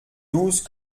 douze